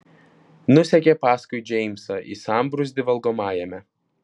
nusekė paskui džeimsą į sambrūzdį valgomajame